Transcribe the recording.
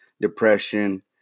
depression